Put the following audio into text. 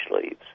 leaves